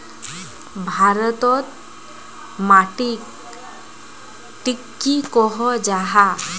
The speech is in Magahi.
भारत तोत माटित टिक की कोहो जाहा?